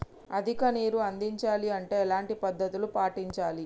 అధిక నీరు అందించాలి అంటే ఎలాంటి పద్ధతులు పాటించాలి?